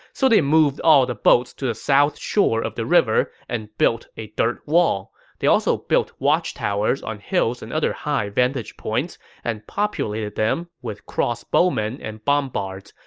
so they moved all the boats to the south shore of the river and built a dirt wall. they also built watchtowers on hills and other high vantage points and populated them with crossbowmen and bombards,